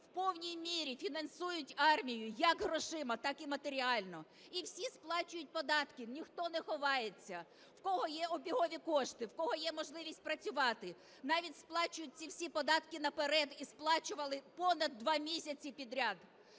у повній мірі фінансують армію, як грошима, так і матеріально. І всі сплачують податки, ніхто не ховається. У кого є обігові кошти, в кого є можливість працювати, навіть сплачують ці всі податки наперед і сплачували понад два місяці підряд.